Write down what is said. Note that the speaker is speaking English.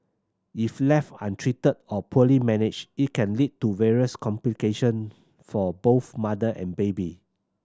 if left untreated or poorly managed it can lead to various complication for both mother and baby